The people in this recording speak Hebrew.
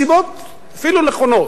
מסיבות אפילו נכונות,